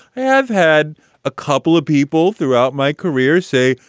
i've had a couple of people throughout my career say,